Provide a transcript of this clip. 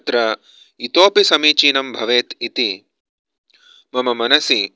तत्र इतोऽपि समीचीनं भवेत् इति मम मनसि